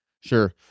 sure